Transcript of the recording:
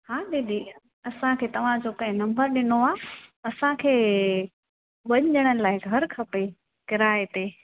हा दीदी असांखे तव्हांजो कंहिं नंबर ॾिनो आहे असांखे ॿिनि ॼणनि लाइ घरु खपे किराए ते